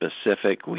specific